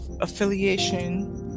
affiliation